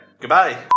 goodbye